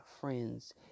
friends